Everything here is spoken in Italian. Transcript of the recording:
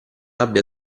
abbia